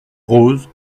rose